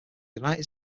united